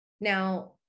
Now